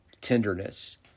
tenderness